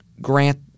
grant